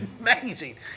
Amazing